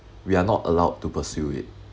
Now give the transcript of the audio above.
we're not allowed to pursue it